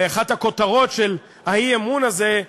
לאחת הכותרות של האי-אמון הזה,